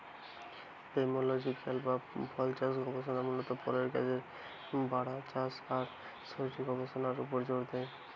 pomological বা ফলচাষ গবেষণা মূলত ফলের গাছের বাড়া, চাষ আর শরীরের গবেষণার উপর জোর দেয়